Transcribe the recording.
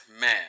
man